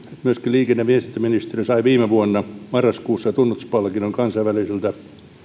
myöskin liikenne ja viestintäministeriö sai viime vuonna marraskuussa tunnustuspalkinnon kansainväliseltä